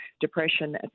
depression